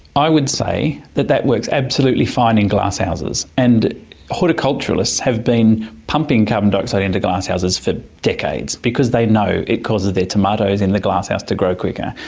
i would say that that works absolutely fine in glasshouses and horticulturalists have been pumping carbon dioxide into glasshouses for decades because they know it causes their tomatoes in the glasshouse to grow quicker.